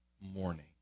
morning